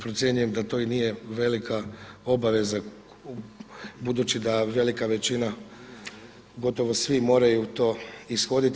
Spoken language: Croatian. Procjenjujem da to i nije velika obaveza budući da velika većina gotovo svi moraju to ishoditi.